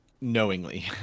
knowingly